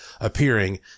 appearing